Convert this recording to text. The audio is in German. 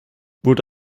wurde